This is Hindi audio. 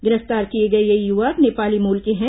गिरफ्तार किए गए ये युवक नेपाली मूल के हैं